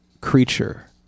creature